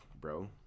bro